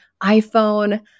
iPhone